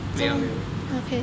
没有啊没有没有